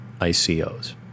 ICOs